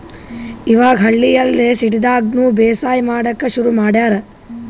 ಇವಾಗ್ ಹಳ್ಳಿ ಅಲ್ದೆ ಸಿಟಿದಾಗ್ನು ಬೇಸಾಯ್ ಮಾಡಕ್ಕ್ ಶುರು ಮಾಡ್ಯಾರ್